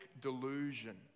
delusion